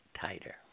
tighter